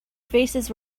faces